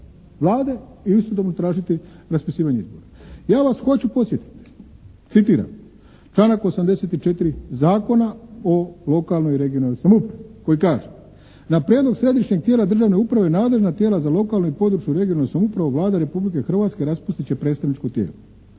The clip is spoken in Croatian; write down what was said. Vlade i istodobno tražiti raspisivanje izbora. Ja vas hoću podsjetiti citiram članak 84. Zakona o lokalnoj i regionalnoj samoupravi koji kaže "… da prijedlog središnjeg tijela državne uprave, nadležna tijela za lokalnu i područnu (regionalnu) samoupravu Vlade Republike Hrvatske raspustit će predstavničko tijelo